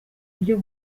buryo